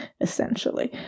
essentially